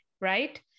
right